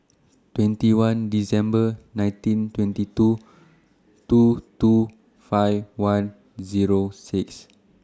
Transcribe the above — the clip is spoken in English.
twenty one December nineteen twenty two two two five one Zero six